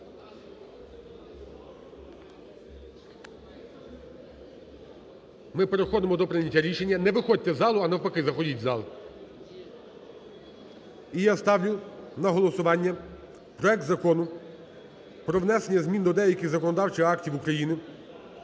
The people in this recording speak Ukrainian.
Ми переходимо до прийняття рішення, не виходьте з залу, а навпаки, заходіть у зал. І я ставлю на голосування проект Закону про внесення змін до деяких законодавчих актів України,